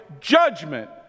judgment